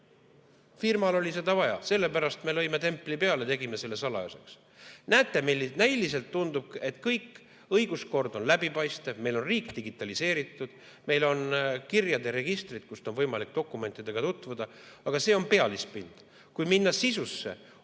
firmal oli seda vaja, sellepärast me lõime templi peale, tegime selle salajaseks. Näiliselt tundub, et õiguskord on läbipaistev, meil on riik digitaliseeritud, meil on kirjade registrid, kus on võimalik dokumentidega tutvuda. Aga see on pealispind. Kui minna sisusse